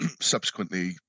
Subsequently